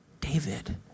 David